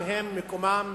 גם הם מקומם,